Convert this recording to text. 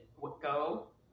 go